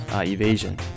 evasion